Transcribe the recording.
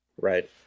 Right